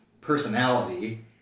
personality